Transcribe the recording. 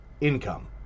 income